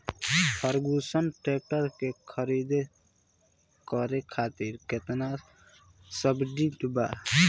Ferguson tractor के खरीद करे खातिर केतना सब्सिडी बा?